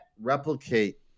replicate